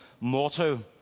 motto